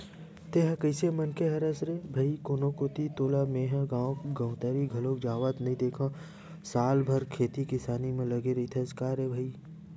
तेंहा कइसे मनखे हरस रे भई कोनो कोती तोला मेंहा गांव गवतरई घलोक जावत नइ देंखव साल भर खेती किसानी म लगे रहिथस का रे भई?